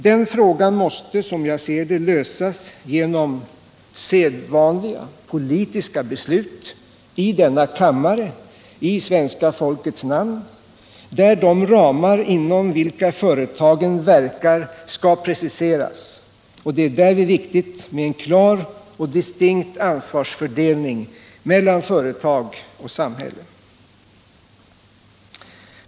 Den frågan måste som jag ser det lösas genom sedvanliga politiska beslut i denna kammare, i svenska folkets namn, där de ramar inom vilka företagen verkar skall preciseras. Därvid är det viktigt med en klar och distinkt ansvarsfördelning mellan företag och samhälle.